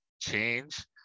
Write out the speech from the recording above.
change